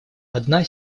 одна